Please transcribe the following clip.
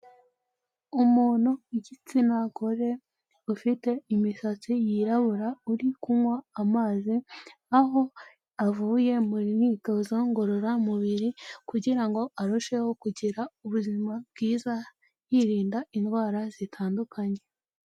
Umuntu w'igitsina gore ufite imisatsi y'irabura uri kunywa amazi, aho avuye mu myitozo ngororamubiri kugira ngo arusheho kugira ubuzima bwiza yirinda indwara zitandukanye.